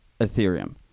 Ethereum